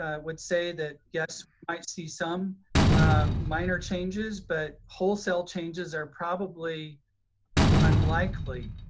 ah would say that guess i see some minor changes, but wholesale changes are probably unlikely.